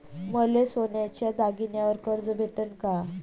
मले सोन्याच्या दागिन्यावर कर्ज भेटन का?